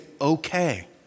okay